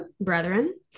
Brethren